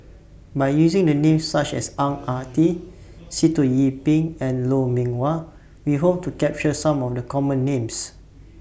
By using The Names such as Ang Ah Tee Sitoh Yih Pin and Lou Mee Wah We Hope to capture Some of The Common Names